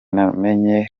namenye